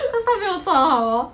她不但没有做好好 orh